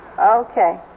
Okay